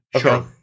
Sure